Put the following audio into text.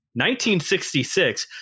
1966